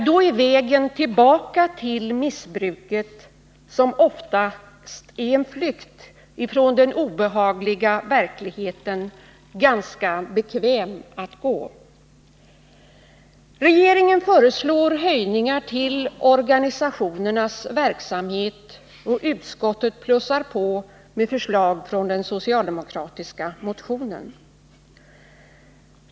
Då är vägen tillbaka till missbruket — som oftast är en flykt från den obehagliga verkligheten — ganska bekväm att gå. Regeringen föreslår höjningar till organisationernas verksamhet, och utskottet plussar på med förslag från den socialdemokratiska motionen.